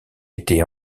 été